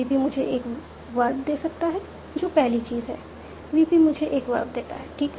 VP मुझे एक verb दे सकता है जो पहली चीज है वीपी मुझे एक वर्ब देता है ठीक